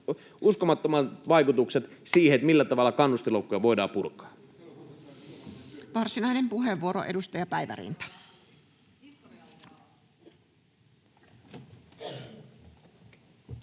uskomattomammat vaikutukset siihen, millä tavalla kannustinloukkuja voidaan purkaa. Varsinainen puheenvuoro, edustaja Päivärinta.